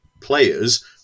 players